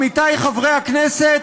עמיתיי חברי הכנסת,